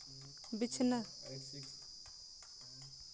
ᱵᱤᱪᱷᱱᱟᱹ